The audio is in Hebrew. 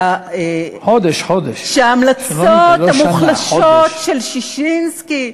שההמלצות המוחלשות של ששינסקי,